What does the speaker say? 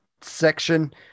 section